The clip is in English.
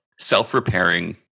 self-repairing